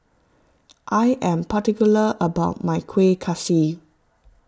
I am particular about my Kueh Kaswi